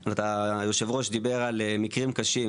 היושב-ראש דיבר על מקרים קשים,